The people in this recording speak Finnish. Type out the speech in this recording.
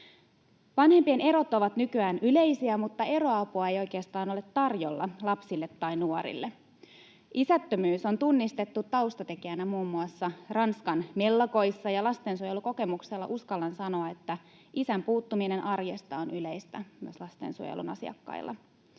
Vanhempien erot ovat nykyään yleisiä, mutta eroapua ei oikeastaan ole tarjolla lapsille tai nuorille. Isättömyys on tunnistettu taustatekijänä muun muassa Ranskan mellakoissa, ja lastensuojelukokemuksella uskallan sanoa, että isän puuttuminen arjesta on yleistä myös lastensuojelun asiakkailla.